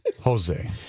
Jose